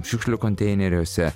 šiukšlių konteineriuose